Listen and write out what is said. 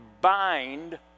bind